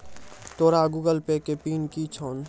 तोरो Google Pay के pin कि छौं?